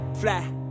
fly